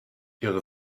ihre